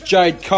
Jade